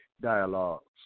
Dialogues